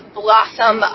blossom